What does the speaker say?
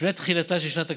לפני תחילתה של שנת הכספים,